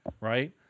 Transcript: right